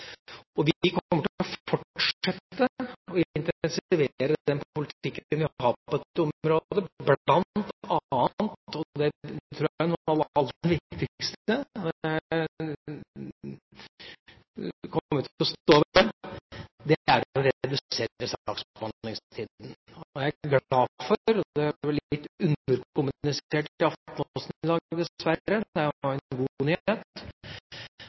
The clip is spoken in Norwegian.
kommer til å fortsette å intensivere den politikken vi har på dette området, bl.a. – og det tror jeg er noe av det aller viktigste, og det kommer vi til å stå ved – å redusere saksbehandlingstida. Jeg er glad for – det var litt underkommunisert i Aftenposten i dag dessverre, for det var en god